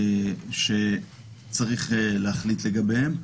שצריך להחליט לגביהם.